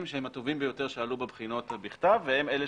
שהם הטובים ביותר שעלו בבחינות בכתב והם אלה